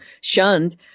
shunned